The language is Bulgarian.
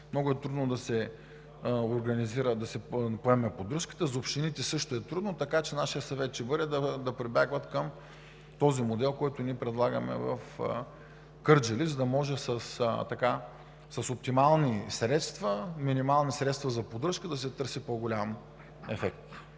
много трудно да се поеме поддръжката, за общините също е трудно. Така че нашият съвет ще бъде да прибягват до модела, който предлагаме в Кърджали, за да може с оптимални, с минимални средства за поддръжка да се търси по-голям ефект.